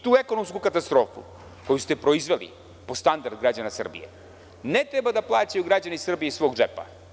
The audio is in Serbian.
Tu ekonomsku katastrofu koju ste proizveli po standard građana Srbije ne treba da plaćaju građani Srbije iz svog džepa.